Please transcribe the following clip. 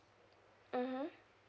mmhmm